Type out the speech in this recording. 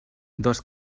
dos